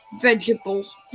vegetables